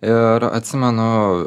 ir atsimenu